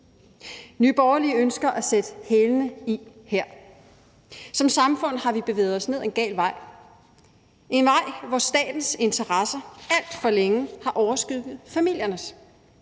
Nye Borgerlige ønsker at sætte hælene i her. Som samfund har vi bevæget os ned ad en gal vej – en vej, hvor statens interesser alt for længe har overskygget familiernes.